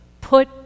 put